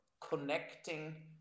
connecting